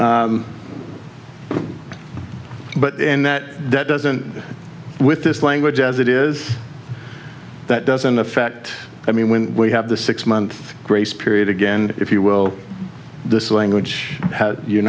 but and that that doesn't with this language as it is that doesn't affect i mean when we have the six month grace period again if you will this language you're